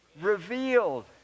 Revealed